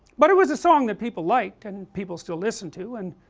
but it was a song that people liked and people still listen to, and